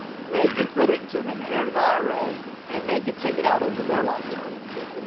they can put it into an inherited ira and they could take it out over their lifetime.